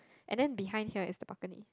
and then behind here is the balcony